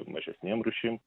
mažesnėm rūšim